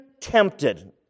tempted